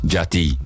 Jati